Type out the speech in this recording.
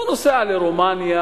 הוא נוסע לרומניה,